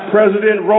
President